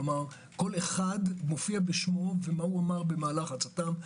כלומר כל אחד מופיע בשמו ומה אמר במהלך הצט"ם.